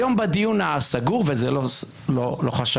היום בדיון הסגור, וזה לא חשאי,